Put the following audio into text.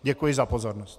Děkuji za pozornost.